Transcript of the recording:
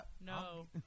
no